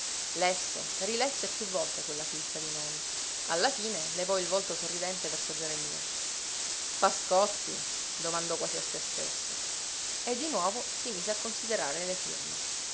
stesso lesse rilesse più volte quella filza di nomi alla fine levò il volto sorridente verso geremia pascotti domandò quasi a se stesso e di nuovo si mise a considerare le firme